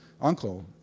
uncle